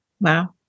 Wow